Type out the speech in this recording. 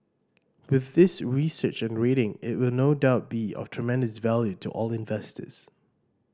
with this research and rating it will no doubt be of tremendous value to all investors